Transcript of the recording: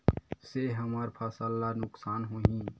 से हमर फसल ला नुकसान होही?